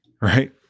right